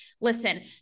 listen